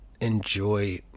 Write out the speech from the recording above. enjoy